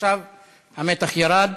עכשיו המתח ירד,